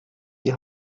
die